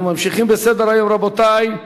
אנחנו ממשיכים בסדר-היום, רבותי.